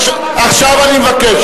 עכשיו אני מבקש.